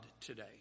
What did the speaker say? today